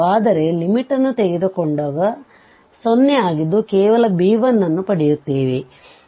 ಆದರೆ ಲಿಮಿಟ್ ನ್ನು ತೆಗೆದುಕೊಂಡಾಗ 0 ಆಗಿದ್ದು ಕೇವಲb1ನ್ನು ಪಡೆಯುತ್ತೇವೆ